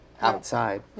outside